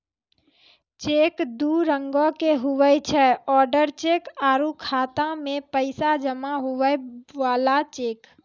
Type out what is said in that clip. cheque दू रंगोके हुवै छै ओडर चेक आरु खाता मे पैसा जमा हुवै बला चेक